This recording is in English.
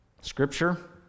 Scripture